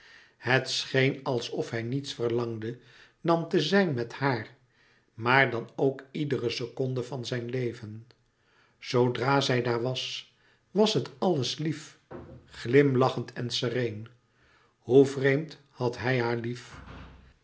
het scheen alsof hij niets verlangde dan te louis couperus metamorfoze zijn met haar maar dan ook iedere seconde van zijn leven zoodra zij daar was was het alles lief glimlachend en sereen hoe vreemd had hij haar lief